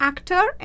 Actor